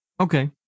Okay